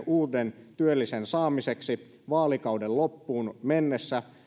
uuden työllisen saamiseksi vaalikauden loppuun mennessä